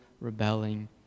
rebelling